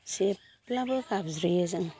जेब्लाबो गाबज्रियो जों